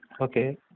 okay